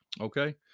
Okay